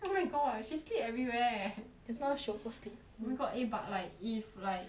oh my god she sleep everywhere eh just now she also sleep oh my god eh but like if like